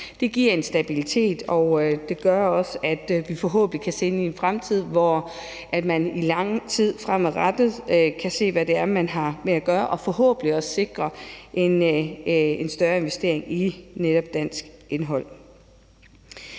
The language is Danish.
Det giver en stabilitet, og det gør også, at vi forhåbentlig kan se ind i en fremtid, hvor man i lang tid fremadrettet kan se, hvad det er, man har med at gøre, og forhåbentlig også sikre en større investering i netop dansk indhold.